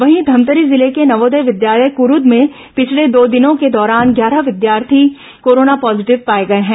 वहीं धमतरी जिले के नवोदय विद्यालय क़रूद में पिछले दो दिनों के दौरान ग्यारह विद्यार्थी कोरोना पॉजीटिव पाए गए हैं